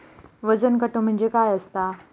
वजन काटो म्हणजे काय असता?